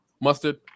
mustard